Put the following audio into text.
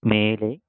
மேலே